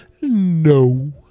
No